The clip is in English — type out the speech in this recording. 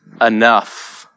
enough